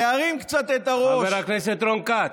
להרים קצת את הראש חבר הכנסת רון כץ,